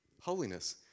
holiness